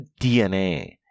DNA